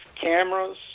cameras